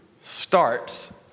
starts